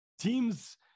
teams